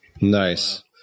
Nice